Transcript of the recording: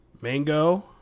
Mango